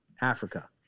Africa